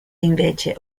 invece